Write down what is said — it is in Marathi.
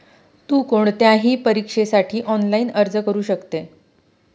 तु कोणत्याही परीक्षेसाठी ऑनलाइन अर्ज करू शकते